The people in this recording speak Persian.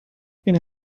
این